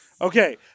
Okay